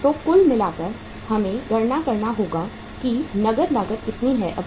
तो कुल मिलाकर हमें गणना करना होगा कि नकद लागत कितनी है अभी